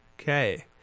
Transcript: Okay